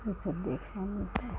यह सब देखने मिलता है